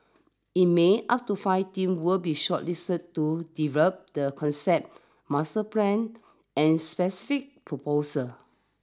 in May up to five team will be shortlisted to develop the concept master plan and specific proposals